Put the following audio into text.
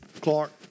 Clark